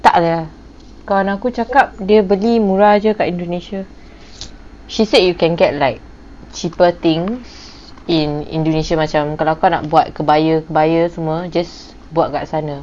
tak lah kawan aku cakap dia beli murah jer kat indonesia she said you can get like cheaper things in indonesia macam kalau kau nak buat kebaya-kebaya semua just buat kat sana